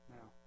Now